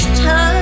time